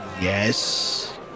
Yes